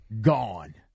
Gone